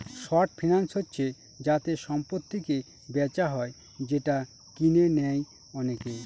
short finance হচ্ছে যাতে সম্পত্তিকে বেচা হয় যেটা কিনে নেয় অনেকে